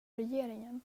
regeringen